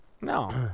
No